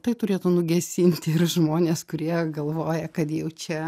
tai turėtų nugesinti ir žmones kurie galvoja kad jau čia